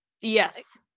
Yes